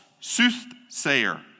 soothsayer